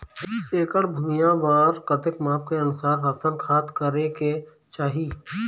एकड़ भुइयां बार कतेक माप के अनुसार रसायन खाद करें के चाही?